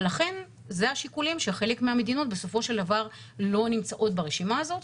ולכן זה השיקולים שחלק מהמדינות בסופו של דבר לא נמצאות ברשימה זו.